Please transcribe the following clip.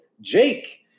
Jake